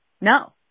No